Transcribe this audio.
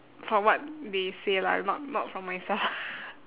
from what they say lah if not not from myself